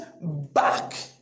back